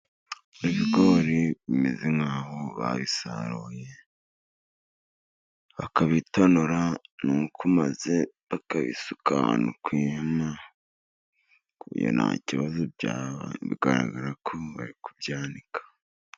Ibigori bimeze nk'aho babisaruye bakabitonora, nuko maze bakabisuka ahantu ku ihema, nta kibazo byaba. bigaragara ko bari kubyanika.